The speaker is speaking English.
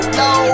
no